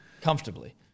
Comfortably